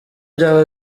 byaba